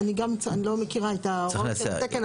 אני גם לא מכירה את ההוראות של התקן.